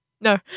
no